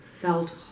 felt